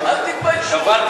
אל תתביישו.